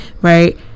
Right